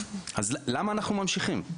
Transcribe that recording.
אז למה אנחנו ממשיכים?